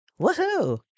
Woohoo